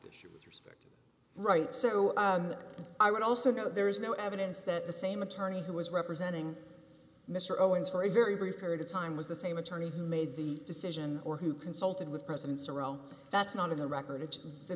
factors right so i would also know there is no evidence that the same attorney who was representing mr owens for a very brief period of time was the same attorney who made the decision or who consulted with presidents or oh that's not in the record